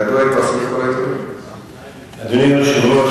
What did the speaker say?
אדוני היושב-ראש,